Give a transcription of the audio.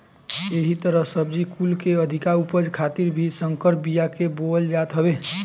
एही तहर सब्जी कुल के अधिका उपज खातिर भी संकर बिया के बोअल जात हवे